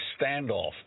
standoff